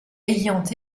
ayant